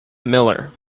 miller